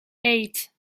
eight